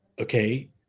okay